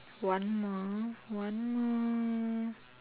one more one more